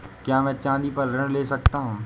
क्या मैं चाँदी पर ऋण ले सकता हूँ?